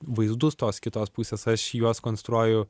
vaizdus tos kitos pusės aš juos konstruoju